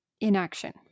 inaction